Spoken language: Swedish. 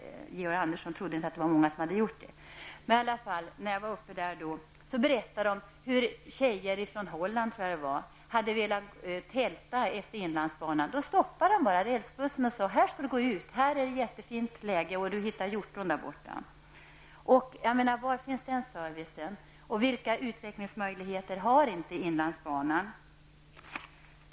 Georg Andersson trodde inte att så många hade gjort det. Jag har varit i Sveg och agerat för att rädda torvmossorna. Jag fick då höra att några flickor från Holland ville tälta utefter inlandsbanan. Man stoppade rälsbussen och sade åt dem var de skulle gå och var det fanns hjortron. Var finns denna service? Vilka utvecklingsmöjligheter har inte inlandsbanan?